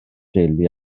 deulu